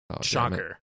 Shocker